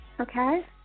Okay